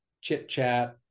chit-chat